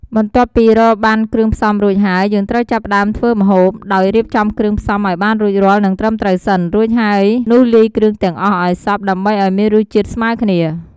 បន្ទាប់ពីរកបានគ្រឿងផ្សំរួចហើយ យើងត្រូវចាប់ផ្ដើមធ្វើម្ហូប ដោយរៀបចំគ្រឿងផ្សំឱ្យបានរួចរាល់ និងត្រឹមត្រូវសិន រួចហើយនោះលាយគ្រឿងទាំងអស់ឱ្យសព្វ ដើម្បីឱ្យមានរសជាតិស្មើគ្នា។